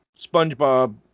SpongeBob